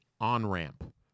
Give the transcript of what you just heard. on-ramp